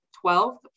twelfth